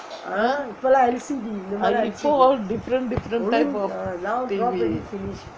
இப்போ:ippo different different type of T_V